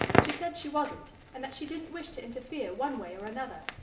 she said she wasn't, and that she didn't wish to interfere one way or another.